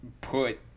put